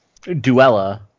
Duella